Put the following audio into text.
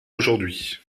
aujourd’hui